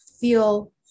feel